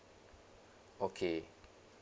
okay